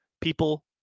People